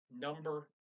number